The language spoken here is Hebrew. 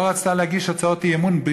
לא רצתה להגיש הצעות אי-אמון,